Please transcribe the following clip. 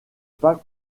pas